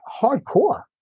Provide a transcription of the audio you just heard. hardcore